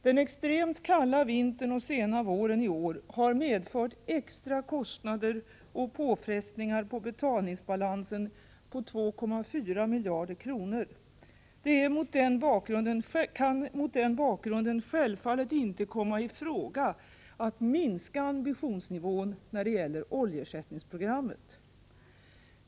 Den extremt kalla vintern och sena våren i år har medfört extra kostnader och påfrestningar på betalningsbalansen på 2,4 miljarder kronor. Det kan mot den bakgrunden självfallet inte komma i fråga att minska ambitionsnivån när det gäller oljeersättningsprogrammet.